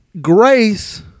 grace